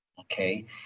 okay